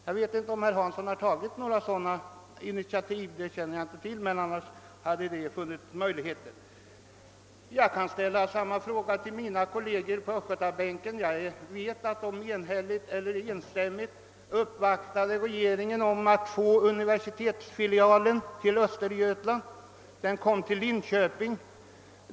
Jag vet inte om herr Hansson har tagit några sådana initiativ, men det hade funnits möjligheter för honom att göra det. Jag kan ställa samma fråga till mina kolleger på östgötabänken. Jag vet att de enträget uppvaktat regeringen om att få universitetsfilialen = till Östergötland. Den förlades till Linköping.